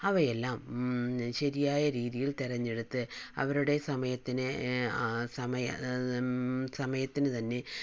അവയെല്ലാം ശരിയായ രീതിയിൽ തിരഞ്ഞെടുത്ത് അവരുടെ സമയത്തിന് സമയ സമയത്തിന് തന്നെ